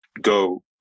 go